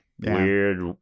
Weird